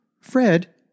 Fred